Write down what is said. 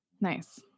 Nice